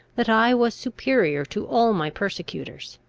that i was superior to all my persecutors.